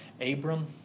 Abram